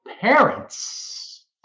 parents